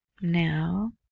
now